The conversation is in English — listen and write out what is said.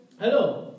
Hello